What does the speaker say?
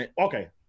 Okay